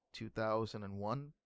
2001